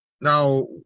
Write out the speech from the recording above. Now